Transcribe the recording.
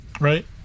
Right